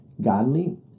godly